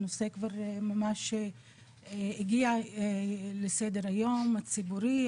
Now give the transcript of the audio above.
הנושא כבר ממש הגיע לסדר היום הציבורי,